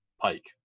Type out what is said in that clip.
pike